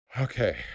Okay